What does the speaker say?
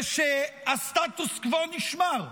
ושהסטטוס קוו נשמר,